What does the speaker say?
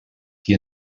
qui